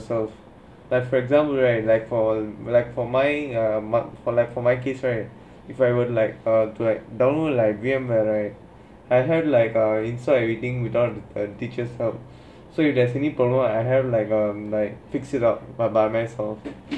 like for example right like for my mark my case right like if I were like download like games like I have like inside everything without a teacher's help so if there's any problems right I have like um like fix it up by myself